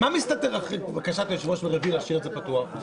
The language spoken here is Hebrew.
מה מסתתר מאחורי בקשת היושב-ראש ביום רביעי להשאיר את זה פתוח?